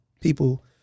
people